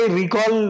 recall